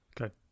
Okay